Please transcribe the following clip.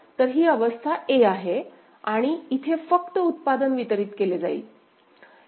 तर ही अवस्था a आहे आणि इथे फक्त उत्पादन वितरित केले जाईल